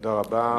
תודה רבה.